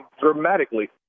dramatically